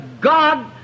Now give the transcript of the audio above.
God